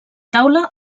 taula